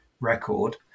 record